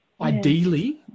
ideally